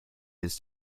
his